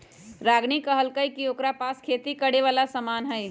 रागिनी कहलकई कि ओकरा पास खेती करे वाला समान हई